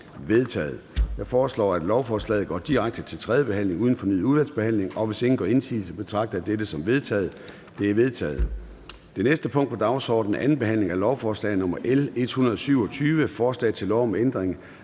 Jeg foreslår, at lovforslaget går direkte til tredje behandling uden fornyet udvalgsbehandling. Hvis ingen gør indsigelse, betragter jeg dette som vedtaget. Det er vedtaget. --- Det næste punkt på dagsordenen er: 20) 2. behandling af lovforslag nr. L 127: Forslag til lov om ændring